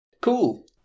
Cool